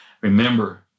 Remember